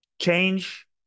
change